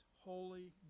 holy